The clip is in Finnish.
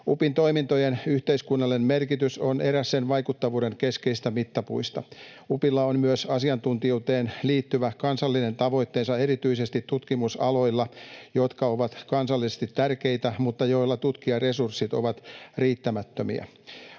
UPIn toimintojen yhteiskunnallinen merkitys on eräs sen vaikuttavuuden keskeisistä mittapuista. UPIlla on myös asiantuntijuuteen liittyvä kansallinen tavoitteensa, erityisesti tutkimusaloilla, jotka ovat kansallisesti tärkeitä mutta joilla tutkijaresurssit ovat riittämättömiä.